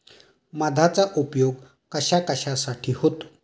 मधाचा उपयोग कशाकशासाठी होतो?